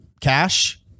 Cash